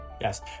Yes